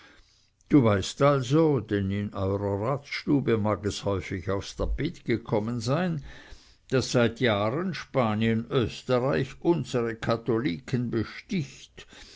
du weißt also denn in eurer ratsstube mag es häufig aufs tapet gekommen sein daß seit jahren spanien österreich unsere katholiken besticht